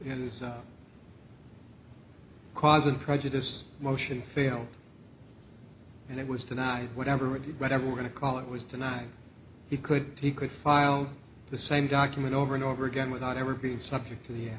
is causing prejudice motion failed and it was denied whatever it is whatever we're going to call it was denied he could he could file the same document over and over again without ever being subject to the